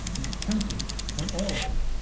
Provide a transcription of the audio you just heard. and i'm counting on all of you,